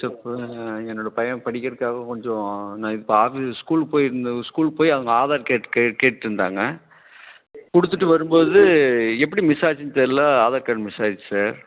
sir இப்போ என்னோட பையன் படிக்கிறதுக்காக கொஞ்சம் நான் இப்போ ஆஃபீஸ் ஸ்கூலுக்கு போயிருந்தேன் ஸ்கூல் போய் அங்கே ஆதார் கேட் கேட் கேட்டுகிட்டு இருந்தாங்க கொடுத்துட்டு வரும்போது எப்படி மிஸ்ஸாச்சின்னு தெரியல ஆதார் கார்டு மிஸ்ஸாயிடுச்சு சார்